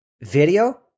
video